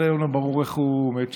עד היום לא ברור איך הוא מת שם.